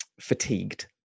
fatigued